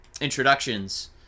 introductions